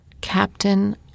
Captain